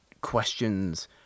questions